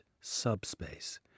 Subspace